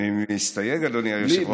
אני מסתייג, אדוני היושב-ראש.